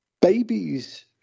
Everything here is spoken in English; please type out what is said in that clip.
babies